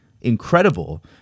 incredible